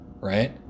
right